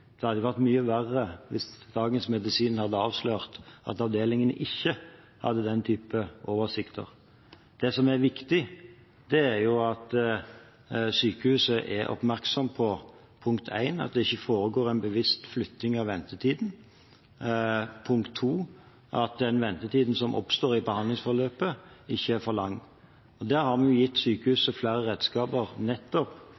Det hadde vært mye verre hvis Dagens Medisin hadde avslørt at avdelingene ikke hadde den type oversikter. Det som er viktig, er for det første at sykehuset er oppmerksom på at det ikke foregår en bevisst flytting av ventetiden, for det andre at ventetiden som oppstår i behandlingsforløpet, ikke er for lang. Vi har gitt